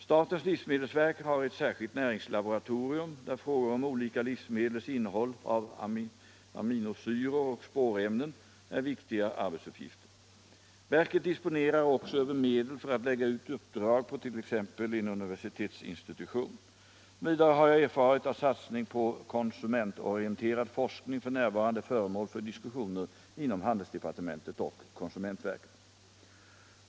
Statens livsmedelsverk har ett särskilt näringslaboratorium, där frågor om olika livsmedels innehåll av aminosyror och spårämnen är viktiga arbetsuppgifter. Verket disponerar också över medel för att lägga ut uppdrag på t.ex. en universitetsinstitution. Vidare har jag erfarit att satsning på konsumentorienterad forskning f.n. är föremål för diskussioner inom handelsdepartementet och konsumentverket.